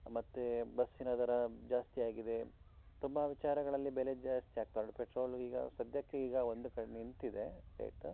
ಮತ್ತೆ ಬಸ್ಸಿನ ದರ ಜಾಸ್ತಿಯಾಗಿದೆ ತುಂಬ ವಿಚಾರಗಳಲ್ಲಿ ಬೆಲೆ ಜಾಸ್ತಿ ಆಗ್ತಾ ಉಂಟು ಪೆಟ್ರೋಲು ಈಗ ಸದ್ಯಕ್ಕೆ ಈಗ ಒಂದು ಕಡೆ ನಿಂತಿದೆ ರೇಟು